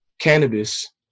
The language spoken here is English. cannabis